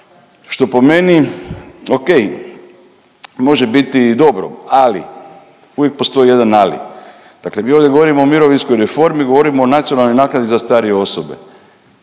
što po meni, okej može biti i dobro, ali uvijek postoji jedan ali, dakle mi ovdje govorimo o mirovinskoj reformi, govorimo o nacionalnoj naknadi za starije osobe